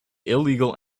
illegal